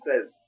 says